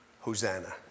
Hosanna